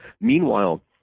Meanwhile